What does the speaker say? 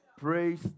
Praise